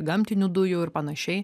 gamtinių dujų ir panašiai